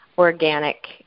organic